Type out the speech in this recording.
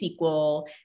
SQL